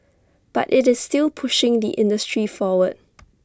but IT is still pushing the industry forward